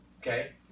Okay